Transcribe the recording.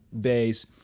bass